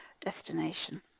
destination